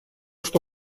что